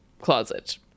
closet